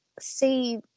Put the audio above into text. see